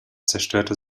zerstörte